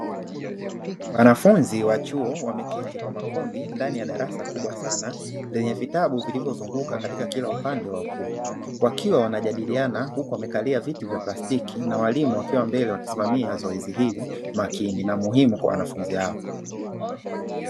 Wanafunzi wa chuo wameketi kwa makundi ndani ya darasa kubwa sana, lenye vitabu vilivyozunguka katika kila upande wa ukuta ,wakiwa wanajadiliana huku wamekalia viti vya pastiki na walimu wakiwa mbele wakisimamia zoezi hili makini na muhimu kwa wanafunzi hawa.